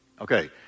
Okay